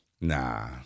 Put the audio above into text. Nah